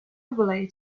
overlay